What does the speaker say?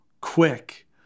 quick